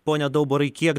pone daubarai kiek